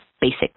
basic